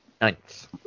ninth